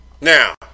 Now